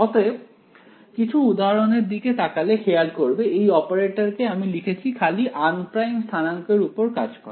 অতএব কিছু উদাহরণ এর দিকে তাকালে খেয়াল করবে এই অপারেটরকে আমি লিখেছি খালি আনপ্রাইম স্থানাঙ্ক এর উপর কাজ করে